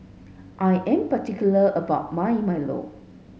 I am particular about my Milo